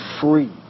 free